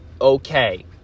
okay